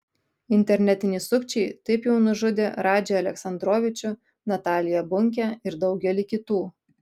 internetiniai sukčiai taip jau nužudė radžį aleksandrovičių nataliją bunkę ir daugelį kitų